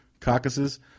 caucuses